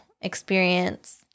experience